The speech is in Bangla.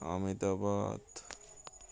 আহমেদাবাদ